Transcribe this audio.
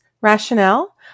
Rationale